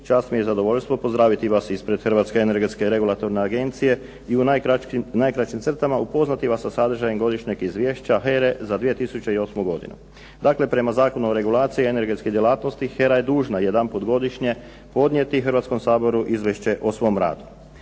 Čast mi je i zadovoljstvo pozdraviti vas ispred Hrvatske energetske regulatorne agencije i u najkraćim crtama upoznati vas sa sadržajem Godišnjeg izvješća HERA-e za 2008. godinu. Dakle, prema Zakonu o regulaciji energetskih djelatnosti HERA je dužna jedanput godišnje podnijeti Hrvatskom saboru izvješće o svom radu.